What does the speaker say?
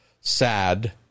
sad